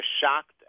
shocked